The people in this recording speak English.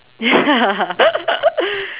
ya